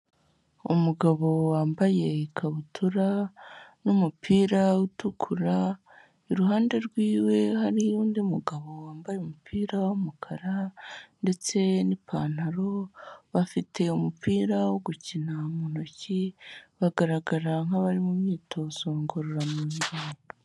Umugabo wambaye ikabutura n'umupira utukura, iruhande rwe hari undi mugabo wambaye umupira w'umukara ndetse n'ipantaro, bafite umupira wo gukina mu ntoki bagaragara nk'abari mu myitozo ngororamubiri.